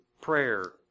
prayer